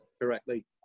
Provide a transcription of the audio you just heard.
correctly